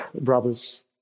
brothers